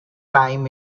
time